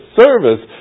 service